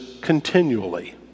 continually